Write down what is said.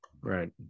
right